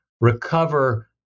recover